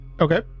okay